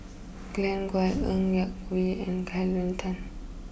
Glen Goei Ng Yak Whee and Kelvin Tan